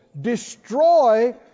Destroy